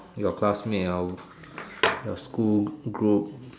your classmate or your school group